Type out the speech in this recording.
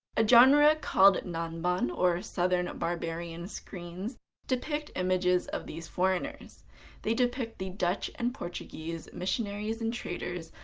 a genre called namban or southern barbarian screens depict images of these foreigners they depict the dutch and portuguese missionaries and traders,